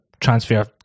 transfer